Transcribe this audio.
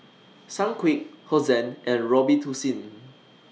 Sunquick Hosen and Robitussin